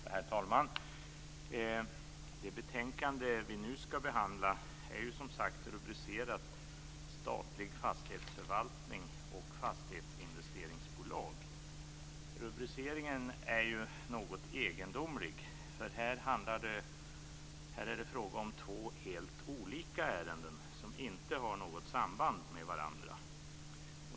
Herr talman! Det betänkande som vi nu skall behandla är som sagt rubricerat Statlig fastighetsförvaltning och fastighetsinvesteringsbolag. Rubriceringen är något egendomlig. Här är det fråga om två helt olika ärenden som inte har något samband med varandra.